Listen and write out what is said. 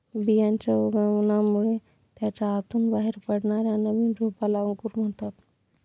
बियांच्या उगवणामुळे त्याच्या आतून बाहेर पडणाऱ्या नवीन रोपाला अंकुर म्हणतात